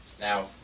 now